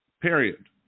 Period